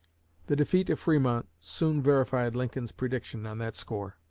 the defeat of fremont soon verified lincoln's prediction on that score.